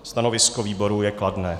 Stanovisko výboru je kladné.